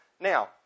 Now